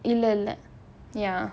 இல்லல:illala ya